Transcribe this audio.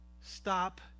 Stop